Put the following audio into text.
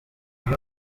iyo